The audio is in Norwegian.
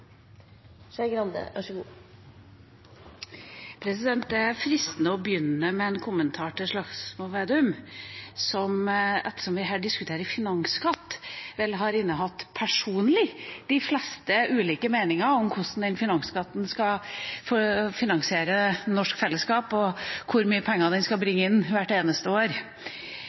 fristende å begynne med en kommentar til Slagsvold Vedum, som – ettersom vi diskuterer finansskatt – vel sjøl har innehatt de fleste meninger om hvordan den finansskatten skal finansiere norsk fellesskap, og hvor mye penger den skal bringe inn hvert eneste år.